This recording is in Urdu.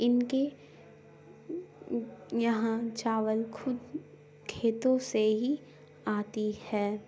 ان کے یہاں چاول خود کھیتوں سے ہی آتی ہے